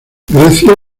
grecia